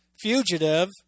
fugitive